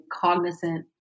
cognizant